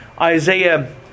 Isaiah